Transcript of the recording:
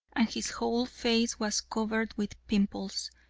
and his whole face was covered with pimples.